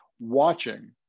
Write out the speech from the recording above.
watching